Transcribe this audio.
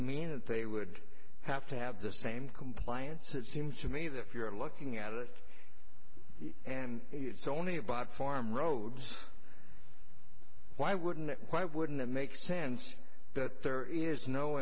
mean that they would have to have the same compliance it seems to me that if you're looking at it and it's only about farm roads why wouldn't why wouldn't it make sense that there is no